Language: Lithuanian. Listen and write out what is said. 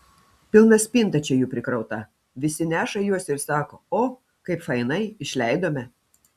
pilna spinta čia jų prikrauta visi neša juos ir sako o kaip fainai išleidome